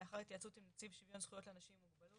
ולאחר התייעצות עם נציב שוויון זכויות לאנשים עם מוגבלות